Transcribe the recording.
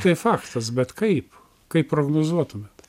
tai faktas bet kaip kaip prognozuotumet